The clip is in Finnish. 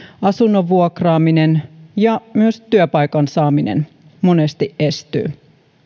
asunnon vuokraaminen ja myös työpaikan saaminen monesti estyy